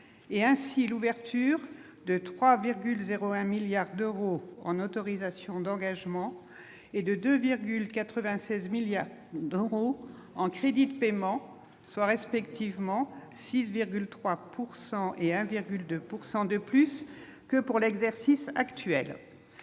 et ainsi et l'ouverture de 3,0 1 milliard d'euros en autorisations d'engagement et de 2 96 milliards d'euros en crédits de paiement, soit respectivement 6,3 pourcent et 1,2 pourcent de plus que pour l'exercice actuel,